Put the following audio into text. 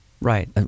Right